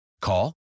Call